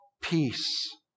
peace